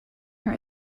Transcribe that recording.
her